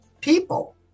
people